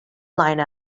line